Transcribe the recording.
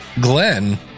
Glenn